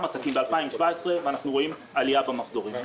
עסקים ב-2017 ואנחנו רואים עלייה במחזורים.